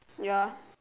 ya